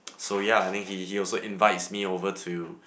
so ya I think he he also invites me over to